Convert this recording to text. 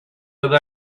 that